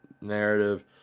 narrative